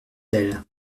d’elle